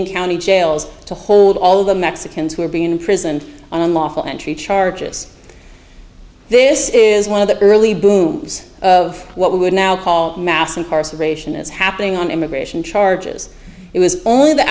and county jails to hold all the mexicans who were being imprisoned on unlawful entry charges this is one of the early blooms of what we would now call mass incarceration is happening on immigration charges it was only the